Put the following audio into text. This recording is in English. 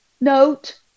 note